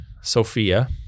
Sophia